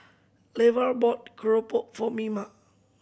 Levar bought keropok for Mima